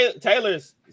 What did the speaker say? Taylor's